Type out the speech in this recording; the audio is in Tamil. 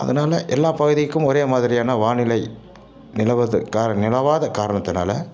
அதனால எல்லா பகுதிக்கும் ஒரே மாதிரியான வானிலை நிலவுது நிலவாத காரணத்தினால்